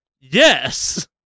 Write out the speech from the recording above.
yes